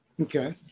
Okay